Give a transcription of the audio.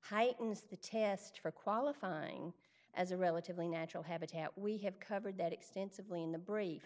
heightens the test for qualifying as a relatively natural habitat we have covered that extensively in the brief